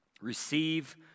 Receive